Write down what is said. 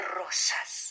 rosas